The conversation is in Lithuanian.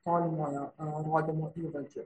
tolimojo rodymo įvardžiu